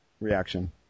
reaction